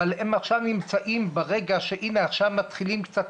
אבל עכשיו הם נמצאים ברגע שעכשיו מתחילים קצת